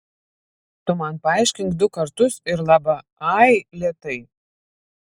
tu man paaiškink du kartus ir laba ai lėtai